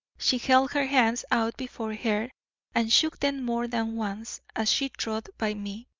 she held her hands out before her and shook them more than once as she trod by me,